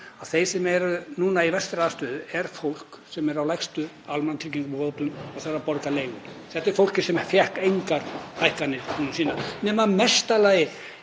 að þeir sem eru í verstri stöðu er fólk sem er á lægstu almannatryggingabótum og þarf að borga leigu. Þetta er fólkið sem fékk engar hækkanir síðast nema í mesta lagi